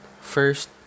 first